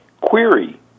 query